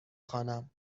خوانم